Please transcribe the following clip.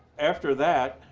after that,